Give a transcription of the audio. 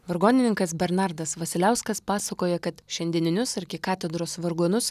vargonininkas bernardas vasiliauskas pasakoja kad šiandieninius arkikatedros vargonus